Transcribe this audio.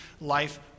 life